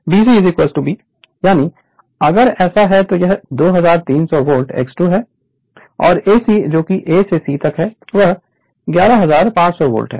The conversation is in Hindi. BC B यानि अगर ऐसा है तो यह 2300 वोल्ट X2 है और AC जो A से C है वह 11500 वोल्ट है